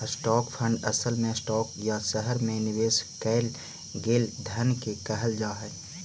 stock fund असल में stock या शहर में निवेश कैल गेल धन के कहल जा हई